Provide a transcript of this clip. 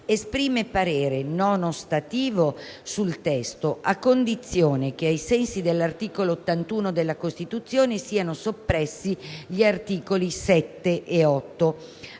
esprime parere non ostativo sul testo, a condizione che, ai sensi dell'articolo 81 della Costituzione, siano soppressi gli articoli 7 e 8;